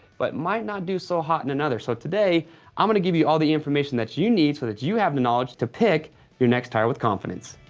but it might not do so hot in another, so today i'm gonna give you all the information that you need so that you have the knowledge to pick your next tire with confidence.